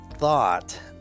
thought